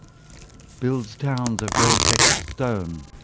builds towns of grey-flecked stone,